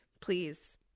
Please